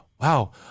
Wow